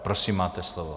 Prosím, máte slovo.